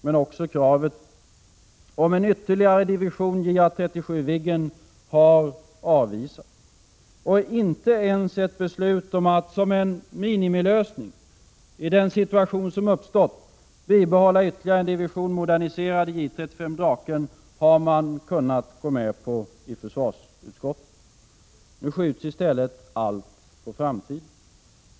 Men också kravet på en ytterligare division JA 37 Viggen har avvisats. Och inte ens ett beslut om att — som minimilösning i den situation som uppstod — bibehålla ytterligare en division moderniserade J 35 Draken har man kunnat gå med på. Nu skjuts allt på framtiden.